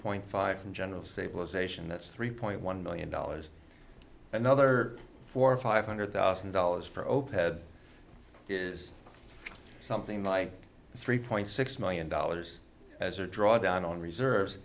point five from general stabilization that's three point one million dollars another for five hundred thousand dollars for opec is something like three point six million dollars as a drawdown on reserves